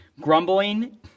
Grumbling